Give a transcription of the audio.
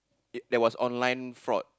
it there was online fraud